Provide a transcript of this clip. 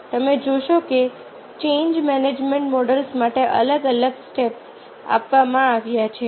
તમે જોશો કે ચેન્જ મેનેજમેન્ટ મોડલ્સ માટે અલગ અલગ સ્ટેપ્સ આપવામાં આવ્યા છે